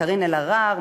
קארין אלהרר,